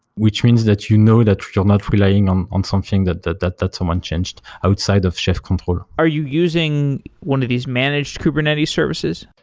which means that you know that you're not relying on on something that that that someone changed outside of chef control are you using one of these managed kubernetes services?